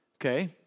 Okay